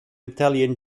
italian